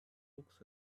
looks